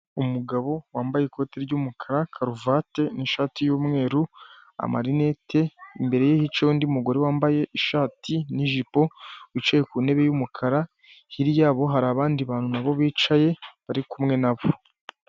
Umugabo wambaye ikoti ry'umukara, karuvati n'ishati y'umweru, amarinete, imbere ye hicaye undi mugore wambaye ishati n'ijipo wicaye ku ntebe y'umukara, hirya yabo hari abandi bantu nabo bicaye bari kumwe nabo.